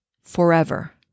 forever